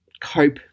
cope